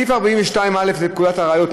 סעיף 42א לפקודת הראיות ,